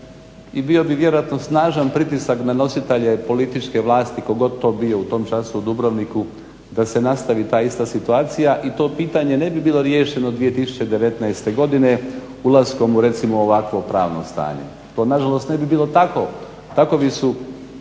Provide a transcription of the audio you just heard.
i bio bi vjerojatno snažan pritisak na nositelje političke vlasti tko god to bio u tom času u Dubrovniku da se nastavi ta ista situacija. I to pitanje ne bi bilo riješeno 2019. godine ulaskom recimo u ovakvo pravno stanje. To na žalost ne bi bilo tako. Takovi su